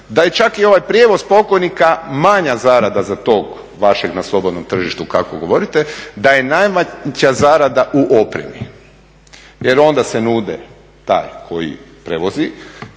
da čak i ovaj prijevoz pokojnika manja zarada za tog vašeg na slobodnom tržištu kako govorite da je najveća zarada u opremi jer onda se nudi taj koji prevozi